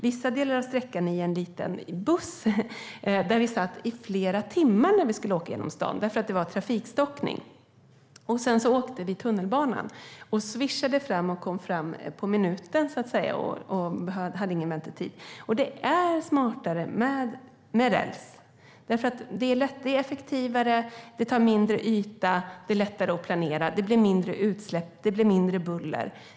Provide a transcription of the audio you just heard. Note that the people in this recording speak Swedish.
Vissa delar av sträckan satt vi i en liten buss i flera timmar när vi skulle åka genom staden eftersom det var trafikstockning. Sedan åkte vi tunnelbana, svischade fram och kom fram på minuten utan någon väntetid. Det är smartare med räls. Det är effektivare, det kräver mindre yta, det är lättare att planera, det blir mindre utsläpp och det blir mindre buller.